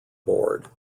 board